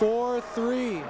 for three